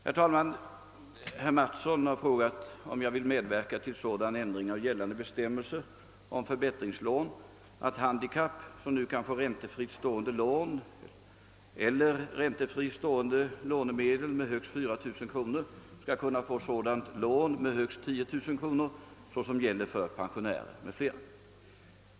Herr talman! Herr Mattsson har frågat om jag vill medverka till sådan ändring av gällande bestämmelser om förbättringslån att handikappad, som nu kan få räntefritt stående lån eller räntefri stående lånedel med högst 4000 kronor, skall kunna få sådant lån med högst 10000 kronor, såsom gäller för pensionärer m.fl.